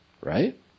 Right